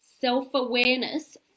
Self-awareness